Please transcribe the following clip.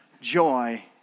joy